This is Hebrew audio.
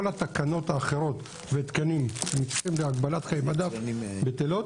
כל התקנות האחרות ותקנים בהגבלת חיי מדף בטלות?